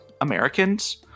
Americans